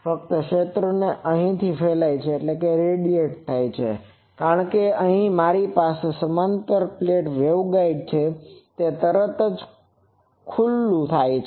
ફક્ત ક્ષેત્રો અહીથી ફેલાય છે કારણ કે અહીં મારી પાસે સમાંતર પ્લેટ વેવગાઇડ છે અને તરત જ તે ખુલ્લું થાય છે